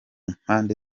mpande